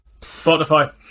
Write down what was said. spotify